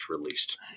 released